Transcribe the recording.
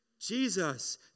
Jesus